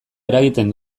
eragiten